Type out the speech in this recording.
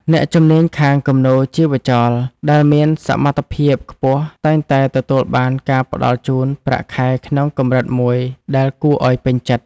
អ្នកជំនាញខាងគំនូរជីវចលដែលមានសមត្ថភាពខ្ពស់តែងតែទទួលបានការផ្តល់ជូនប្រាក់ខែក្នុងកម្រិតមួយដែលគួរឱ្យពេញចិត្ត។